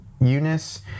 Eunice